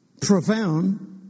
profound